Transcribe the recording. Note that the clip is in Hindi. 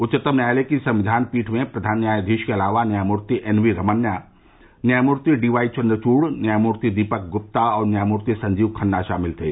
उच्चतम न्यायालय की संविधान पीठ में प्रधान न्यायाधीश के अलावा न्यायमूर्ति एनवी रमन्ना न्यायमूर्ति डीवाई चंद्रचूड़ न्यायमूर्ति दीपक गुप्ता और न्यायमूर्ति संजीव खन्ना शामिल थे